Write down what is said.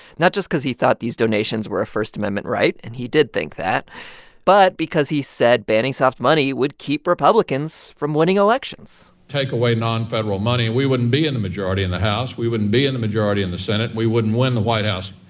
not just because he thought these donations were a first amendment right and he did think that but because, he said, banning soft money would keep republicans from winning elections take away nonfederal money, we wouldn't be in the majority in the house, we wouldn't be in the majority in the senate, we wouldn't win the white house.